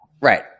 Right